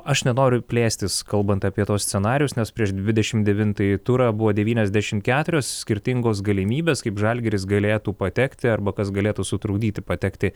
aš nenoriu plėstis kalbant apie tuos scenarijus nes prieš dvidešim devintąjį turą buvo devyniasdešimt keturios skirtingos galimybės kaip žalgiris galėtų patekti arba kas galėtų sutrukdyti patekti